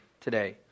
today